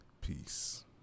peace